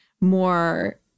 more